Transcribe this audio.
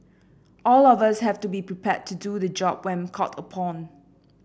all of us have to be prepared to do the job when called upon